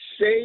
say